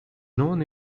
known